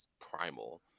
primal